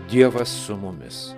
dievas su mumis